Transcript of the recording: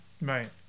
Right